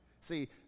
See